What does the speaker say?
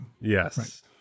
Yes